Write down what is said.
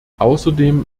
außerdem